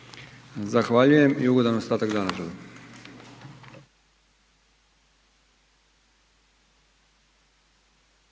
Zahvaljujem i ugodan ostatak dana